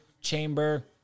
chamber